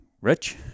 rich